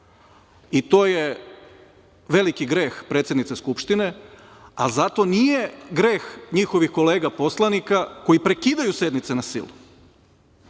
i to je veliki greh predsednice Skupštine, ali zato nije greh njihovih kolega poslanika koji prekidaju sednice na silu. Jako